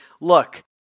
look